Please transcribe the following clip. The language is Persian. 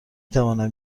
توانم